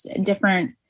different